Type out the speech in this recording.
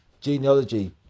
Genealogy